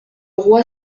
roi